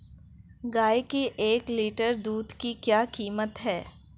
गाय के एक लीटर दूध की क्या कीमत है?